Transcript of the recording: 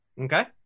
Okay